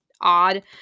odd